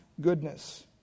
goodness